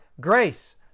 grace